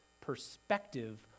perspective